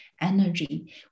energy